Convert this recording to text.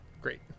Great